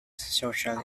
social